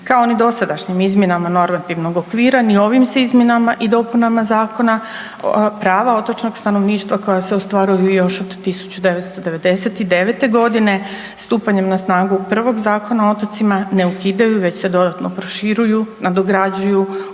Kao ni dosadašnjim izmjenama normativnog okvira ni ovim se izmjenama i dopunama zakona prava otočnog stanovništva koja se ostvaruju još od 1999.g. stupanjem na snagu prvog Zakona o otocima ne ukidaju već se dodatno proširuju, nadograđuju, unaprjeđuju,